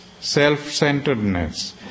self-centeredness